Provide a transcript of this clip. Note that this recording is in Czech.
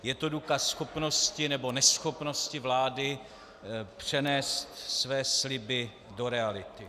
Je to důkaz schopnosti nebo neschopnosti vlády přenést své sliby do reality.